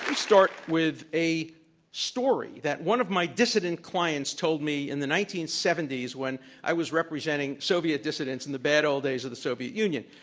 start with a story that one of my dissident clients told me in the nineteen seventy s, when i was representing soviet dissidents in the bad old days of the soviet union.